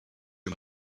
you